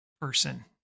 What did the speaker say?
person